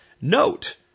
note